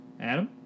Adam